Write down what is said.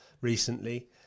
recently